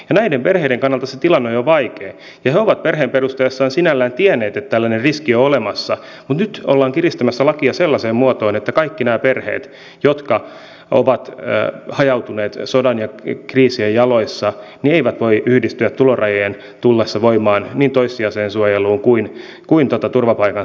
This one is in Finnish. näiden perheiden kannalta se tilanne on jo vaikea ja he ovat perheen perustaessaan sinällään tienneet että tällainen riski on olemassa mutta nyt ollaan kiristämässä lakia sellaiseen muotoon että kaikki nämä perheet jotka ovat hajautuneet sodan ja kriisien jaloissa eivät voi yhdistyä tulorajojen tullessa voimaan niin toissijaiseen suojeluun kuin turvapaikan saaneille